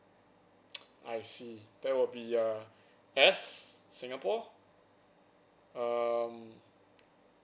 I see that will be a S singapore um